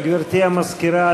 גברתי המזכירה,